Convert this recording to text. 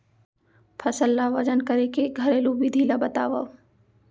फसल ला वजन करे के घरेलू विधि ला बतावव?